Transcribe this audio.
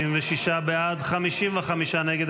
46 בעד, 55 נגד.